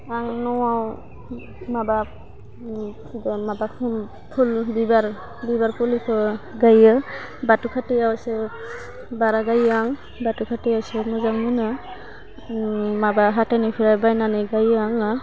आं न'वाव माबा खुगोन माबाखौ फुल बिबार बिबार फुलिखौ गायो बाथौ खाथियावसो बारा गायो आं बाथौ खाथियावसो मोजां मोनो माबा हाथाइनिफ्राय बायनानै गायो आङो